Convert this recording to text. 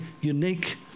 unique